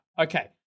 Okay